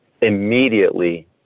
immediately